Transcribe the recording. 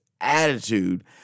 attitude